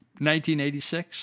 1986